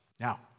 Now